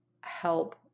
help